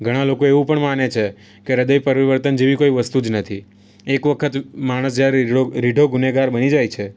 ઘણાં લોકો એવું પણ માને છે કે હૃદય પરિવર્તન જેવી કોઈ વસ્તુ જ નથી એક વખત માણસ જ્યારે રીઢો ગુનેગાર બની જાય છે